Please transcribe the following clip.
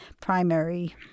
primary